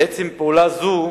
כי בעצם פעולה זו